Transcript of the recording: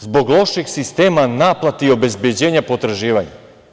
Zbog loših sistema naplate i obezbeđenja potraživanja.